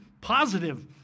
positive